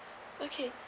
okay